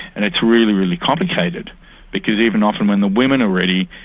and it's really, really complicated because even often when the women are ready,